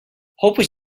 roupas